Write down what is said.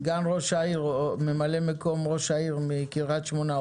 סגן ראש העיר או ממלא-מקום ראש העיר מקריית שמונה,